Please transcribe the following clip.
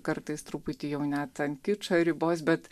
kartais truputį jau net ant kičo ribos bet